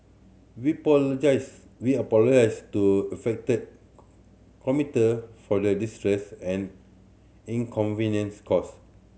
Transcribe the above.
we we are apologise to affected commuter for the distress and inconvenience caused